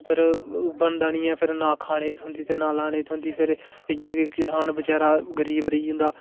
बनदा नेईं ऐ ना खाने गी थ्होंदी ते नां लाने गी थ्होंदी फिर इयां कि किसान बचारा गरीब रेही जंदा